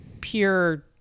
pure